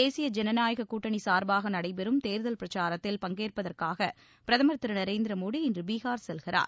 தேசிய ஜனநாயக கூட்டணி சார்பாக நடைபெறும் தேர்தல் பிரச்சாரத்தில் பங்கேற்பதற்காக பிரதமர் திரு நரேந்திர மோடி இன்று பீகார் செல்கிறார்